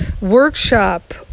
workshop